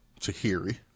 Tahiri